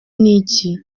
n’iki